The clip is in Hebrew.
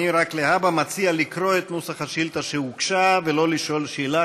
רק להבא אני מציע לקרוא את נוסח השאילתה שהוגשה ולא לשאול שאלה,